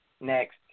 Next